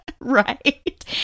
right